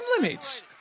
limits